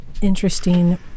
Interesting